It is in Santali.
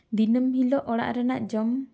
ᱫᱤᱱᱟᱹᱢ ᱦᱤᱞᱳᱜ ᱚᱲᱟᱜ ᱨᱮᱱᱟᱜ ᱡᱚᱢ